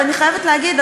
ואני חייבת להגיד,